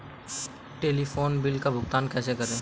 Telephone bill का भुगतान कैसे करें?